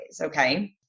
Okay